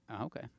Okay